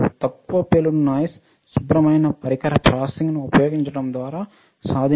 తక్కువ భరష్ట్ నాయిస్ శుభ్రమైన పరికర ప్రాసెసింగ్ను ఉపయోగించడం ద్వారా సాధించవచ్చు